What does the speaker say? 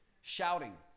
shouting